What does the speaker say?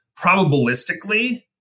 probabilistically